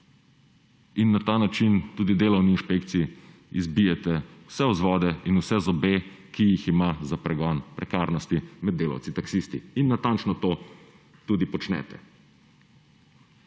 in na ta način tudi delovni inšpekciji izbijete vse vzvode in vse zobe, ki jih ima za pregon prekarnosti med delavci taksisti in natančno to počnete.